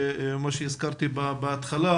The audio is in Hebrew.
מה שהזכרתי בהתחלה,